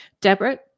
Deborah